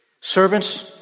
Servants